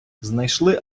знайшли